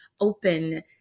open